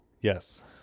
Yes